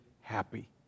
happy